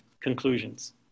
conclusions